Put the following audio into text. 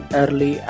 early